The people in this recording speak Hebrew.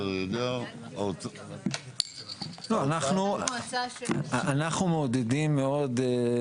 אנחנו מעודדים מאוד.